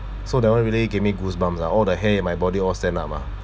so that one really give me goosebumps lah all the hair in my body all stand up ah